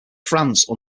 france